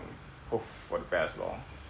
hope for the best lor